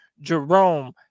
Jerome